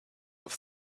have